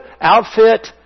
outfit